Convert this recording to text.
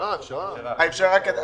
אפשרה, אפשרה.